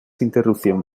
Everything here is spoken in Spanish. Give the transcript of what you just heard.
interrupción